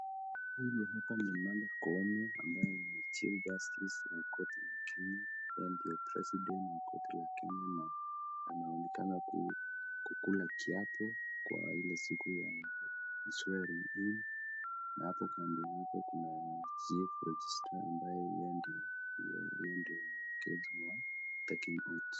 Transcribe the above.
Huyu hapa ni Martha Koome ambaye ni chief justice wa koti la Kenya. Yeye ndiye president wa koti ya Kenya na anaonekana kula kiapo wa ile siku ya swearing in na hapo kando yake kuna chief registrar ambaye yeye ndiye mwelekezi wa taking oath .